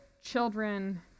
Children